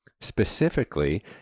specifically